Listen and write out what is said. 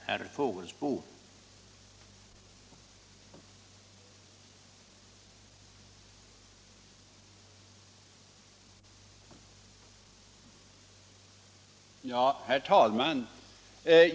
Herr talman!